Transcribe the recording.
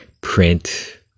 print